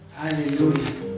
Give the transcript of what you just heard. hallelujah